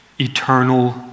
eternal